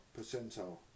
percentile